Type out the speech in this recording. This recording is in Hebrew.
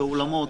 באולמות,